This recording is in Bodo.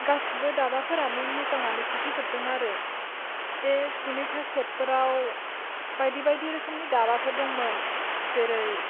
गासिबो दाबाफोरानो मोजाङानो सफैजोबदों आरो बे जिनैथा सेटफोराव बायदि बायदि रोखोमनि दाबाफोर दंमोन जेरै